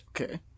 Okay